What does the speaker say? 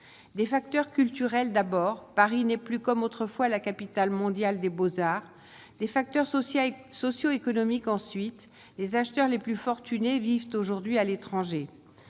des facteurs culturels, d'abord, Paris n'est plus comme autrefois la capitale mondiale des Beaux-Arts des facteurs sociaux socio-économique, ensuite les acheteurs les plus fortunés vivent aujourd'hui à l'étranger,